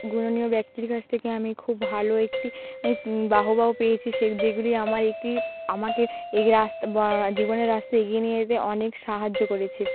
গুণনীয় ব্যক্তির কাছ থেকে আমি খুব ভালো একটি বাহবাও পেয়েছি সে যেগুলি আমার একটি আমাকে এই রাস্তা বা জীবনের রাস্তায় এগিয়ে নিয়ে যেতে অনেক সাহায্য করেছে